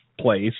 place